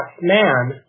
man